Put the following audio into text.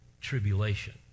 tribulation